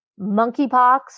monkeypox